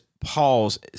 Pause